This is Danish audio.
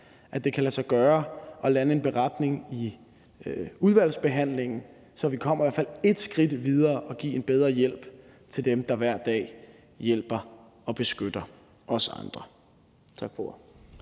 at det kan lade sig gøre at lande en beretning i udvalgsbehandlingen, så vi kommer i hvert fald ét skridt videre i forhold til at give en bedre hjælp til dem, der hver dag hjælper og beskytter os andre. Tak for